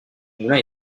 moulin